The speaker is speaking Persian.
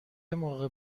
موقع